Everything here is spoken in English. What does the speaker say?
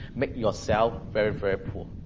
make yourself very very poor.